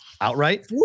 Outright